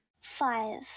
Five